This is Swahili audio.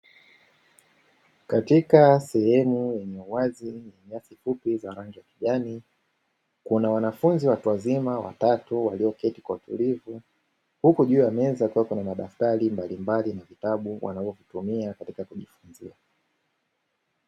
Katika sehemu yenye uwazi na nyasi fupi za rangi ya kijani, kuna wanafunzi watu wazima watatu walioketi kwa utulivu, huku juu ya meza pako na madaftari mbalimbali na vitabu wanavyo tumia katika kujifunzia.